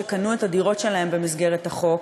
שקנו את הדירות שלהן במסגרת החוק,